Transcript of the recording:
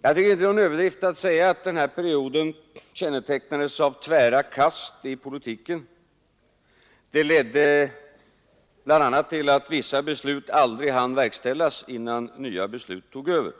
Det är inte någon överdrift att säga att den här perioden kännetecknades av tvära kast i politiken. Det ledde bl.a. till att vissa beslut aldrig hann verkställas innan nya beslut tog över.